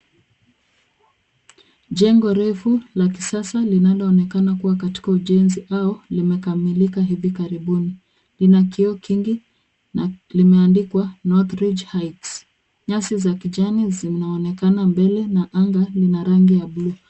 Jengo refu la kisasa linalo onekana liko katika ujenzi au limekamilika hivi karibuni .Lina kioo kingi na limeandikwa NORTHRIDGE HEIGHTS.Nyasi za kijani zinaonekana mbele lina rangi ya bluu .